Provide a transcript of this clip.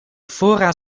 voorraad